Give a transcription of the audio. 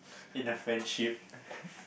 in a friendship